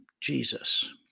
Jesus